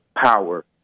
power